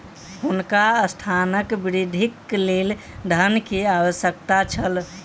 हुनका संस्थानक वृद्धिक लेल धन के आवश्यकता छल